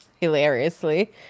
hilariously